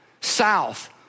South